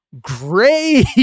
great